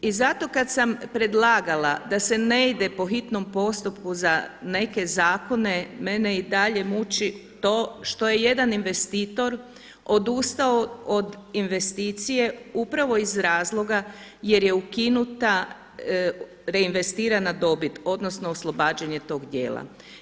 I zato kada sam predlagala da se ne ide po hitnom postupku za neke zakone, mene i dalje muči to što je jedan investitor odustao od investicije upravo iz razloga jer je ukinuta reinvestirana dobit odnosno oslobađanje tog dijela.